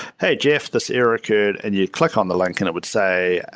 hey, jeff. this error code, and you click on the link and it would say,